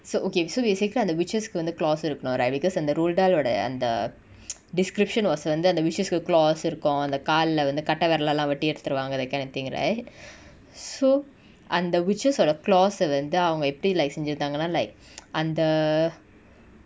so okay so basically அந்த:antha witches கு வந்து:ku vanthu close இருக்கனு:irukanu right because அந்த:antha roadl dahl ஓட அந்த:oda antha description was a வந்து அந்த:vanthu antha witches கு:ku close இருக்கு அந்த கால்ல வந்து கட்ட வெரலலா வெட்டி எடுத்துருவாங்க:iruku antha kaalla vanthu katta veralalaa vetti eduthuruvanga that kind of thing right so அந்த:antha witches ஓட:oda close ah வந்து அவங்க எப்டி:vanthu avanga epdi like செஞ்சி இருக்காங்கனா:senji irukangana like அந்த:antha